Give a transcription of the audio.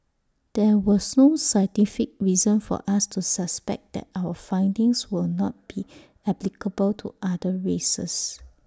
there was no scientific reason for us to suspect that our findings will not be applicable to other races